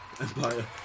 Empire